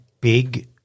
big